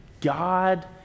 God